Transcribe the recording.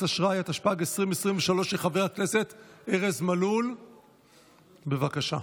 התשפ"ג 2022, של חברי הכנסת יעקב אשר ומשה גפני.